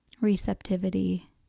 receptivity